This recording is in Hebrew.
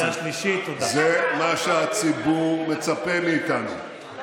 זה מה שהציבור מצפה מאיתנו,